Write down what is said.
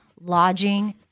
lodging